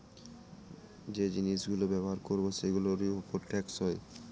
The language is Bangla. যে জিনিস গুলো ব্যবহার করবো সেগুলোর উপর ট্যাক্স হয়